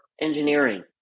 engineering